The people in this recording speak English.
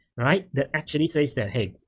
right? that actually says that, hey,